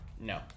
No